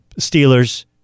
Steelers